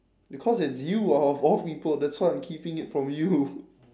because it's you out of all people that's why I'm keeping it from you